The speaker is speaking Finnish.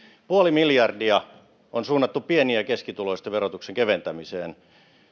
puoli miljardia on suunnattu pieni ja ja keskituloisten verotuksen keventämiseen